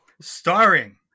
starring